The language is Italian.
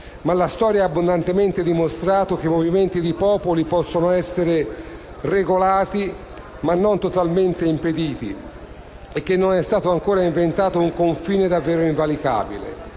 ma la storia ha abbondantemente dimostrato che movimenti di popoli possano essere regolati ma non totalmente impediti e che non è stato ancora inventato un confine davvero invalicabile.